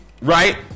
right